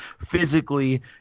physically